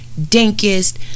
dankest